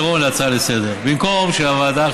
להפוך את זה להצעה לסדר-היום ואז זה יידון בוועדה.